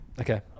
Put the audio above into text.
okay